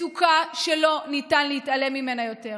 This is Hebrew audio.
מצוקה שלא ניתן להתעלם ממנה יותר,